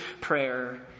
prayer